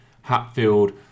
Hatfield